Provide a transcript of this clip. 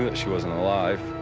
but she wasn't alive.